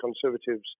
Conservatives